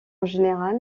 général